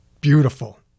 beautiful